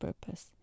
purpose